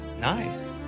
Nice